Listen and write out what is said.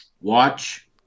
Watch